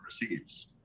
receives